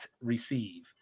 receive